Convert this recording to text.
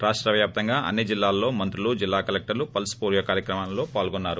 రాష్ట వ్యాప్తంగా అన్ని జిల్లాల్లో మంత్రులు జిల్లా కలెక్టర్ లు పల్స్ పోలియో కార్యక్రమాల్లో పాల్గొన్నారు